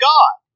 God